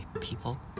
people